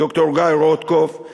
ד"ר גיא רוטקופף,